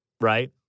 Right